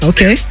Okay